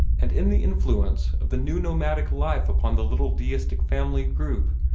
and in the influence of the new nomadic life upon the little deistic family group,